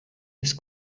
des